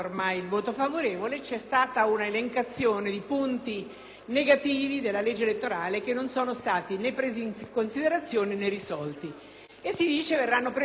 negativi della legge elettorale che non sono stati né presi in considerazione né risolti. Si dice che verranno presi in considerazione domani per essere risolti. Intanto